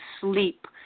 sleep